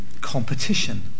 competition